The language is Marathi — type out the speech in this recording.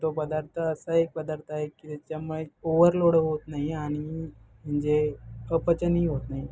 तो पदार्थ असा एक पदार्थ आहे की त्याच्यामुळे ओव्हरलोड होत नाही आहे आणि म्हणजे अपचनही होत नाही